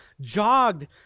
jogged